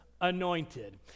anointed